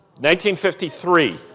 1953